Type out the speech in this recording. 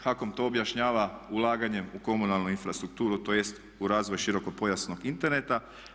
HAKOM to objašnjava ulaganjem u komunalnu infrastrukturu, tj. u razvoj širokopojasnog interneta.